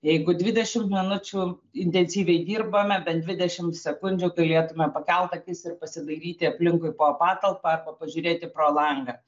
jeigu dvidešimt minučių intensyviai dirbame bent dvidešimt sekundžių galėtume pakelt akis ir pasidairyti aplinkui po patalpą arba pažiūrėti pro langą